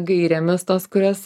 gairėmis tos kurias